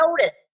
notice